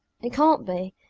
it can't be.